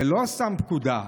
ולא סתם פקודה,